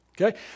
Okay